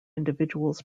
individuals